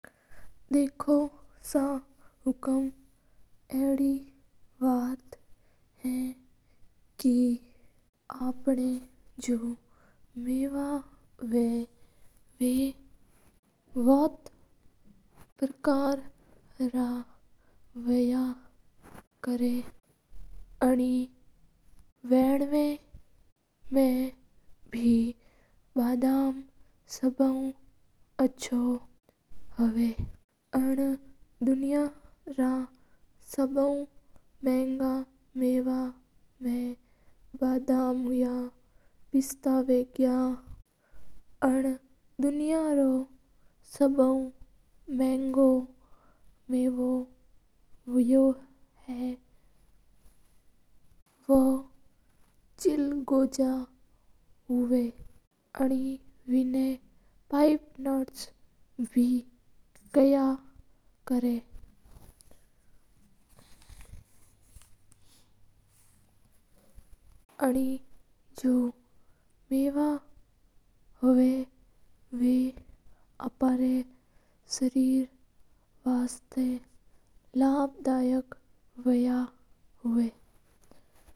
देखो सा हुकूम अडी बात हा के अपना मावा हवा जका बोध प्रेयर रा हाया अर हा एना सबव मेनगे मावा बादाम रा हवा हा। एना दुनिया मा गनी मेंगा मेंग मावा हवा एं दुनिया रो सबव मेनो मवो हवा जको चिलजुगा रो हवा हा अनिया मावा हवा जला अपना सैरवस्ता लाभ दायक हवा हा।